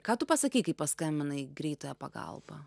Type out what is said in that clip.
ką tu pasakei kai paskambinai į greitąją pagalbą